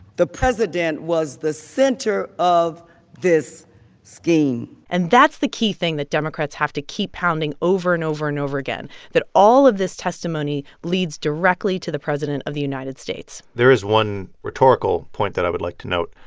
the president was the center of this scheme and that's the key thing that democrats have to keep pounding over and over and over again that all of this testimony leads directly to the president of the united states there is one rhetorical point that i would like to note,